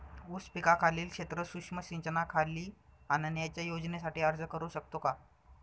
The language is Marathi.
ऊस पिकाखालील क्षेत्र सूक्ष्म सिंचनाखाली आणण्याच्या योजनेसाठी अर्ज करू शकतो का?